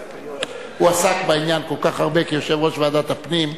הוא עסק בעניין כל כך הרבה כיושב-ראש ועדת הפנים,